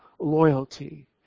loyalty